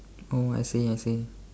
oh I see I see